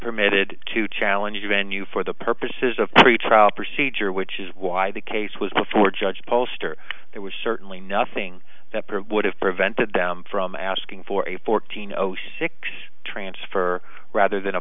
permitted to challenge the venue for the purposes of pretrial procedure which is why the case was before judge poster there was certainly nothing that would have prevented them from asking for a fourteen zero six transfer rather than a